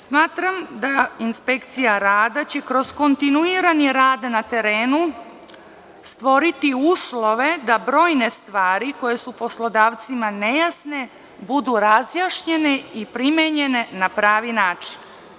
Smatram da će inspekcija rada kroz kontinuirani radna terenu stvoriti uslove da brojne stvari koje su poslodavcima nejasne budu razjašnjene i primenjene na pravi način.